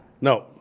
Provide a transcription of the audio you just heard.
No